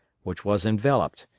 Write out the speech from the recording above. which was enveloped,